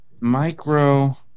micro